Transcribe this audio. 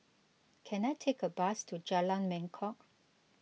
can I take a bus to Jalan Mangkok